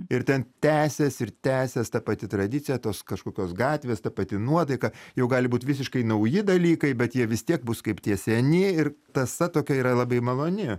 ir ten tęsias ir tęsias ta pati tradicija tos kažkokios gatvės ta pati nuotaika jau gali būt visiškai nauji dalykai bet jie vis tiek bus kaip tie seni ir tąsa tokia yra labai maloni